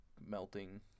melting